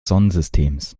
sonnensystems